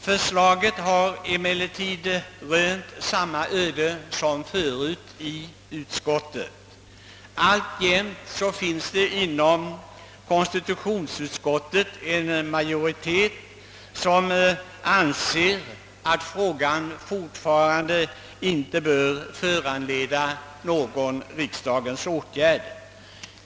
Motionerna har emellertid i utskottet rönt samma öde som tidigare. Alltjämt finns det inom konstitutionsutskottet en majoritet som anser att frågan inte bör föranleda någon riksdagens åtgärd.